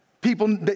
People